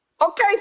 okay